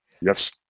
Yes